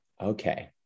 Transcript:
Okay